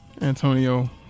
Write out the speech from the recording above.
Antonio